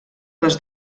les